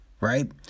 right